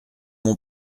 mon